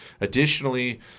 additionally